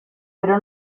pero